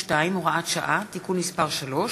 62, הוראת שעה) (תיקון מס' 3),